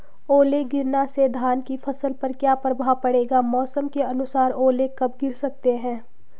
ओले गिरना से धान की फसल पर क्या प्रभाव पड़ेगा मौसम के अनुसार ओले कब गिर सकते हैं?